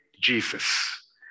Jesus